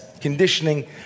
conditioning